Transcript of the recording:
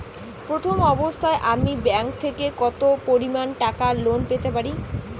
প্রথম অবস্থায় আমি ব্যাংক থেকে কত পরিমান টাকা লোন পেতে পারি?